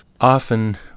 Often